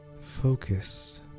Focus